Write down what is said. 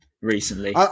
recently